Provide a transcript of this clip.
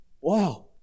Wow